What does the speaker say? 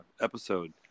episode